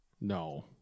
No